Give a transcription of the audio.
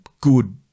good